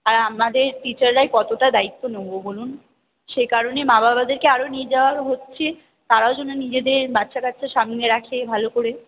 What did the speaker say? আর আমাদের টিচাররাই কতটা দায়িত্ব নেব বলুন সে কারণে মা বাবাদেরকে আরও নিয়ে যাওয়া হচ্ছে তারাও যেন নিজেদের বাচ্চা কাচ্চা সামলে রাখে ভালো করে